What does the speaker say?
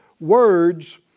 Words